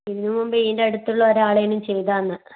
ഇതിന് മുമ്പ് ഇതിന്റെയടുത്തുള്ള ഒരാളേനും ചെയ്ത് തന്നത്